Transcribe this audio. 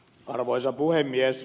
arvoisa puhemies